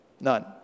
None